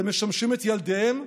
הם משמשים את ילדיהם,